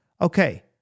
okay